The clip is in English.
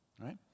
right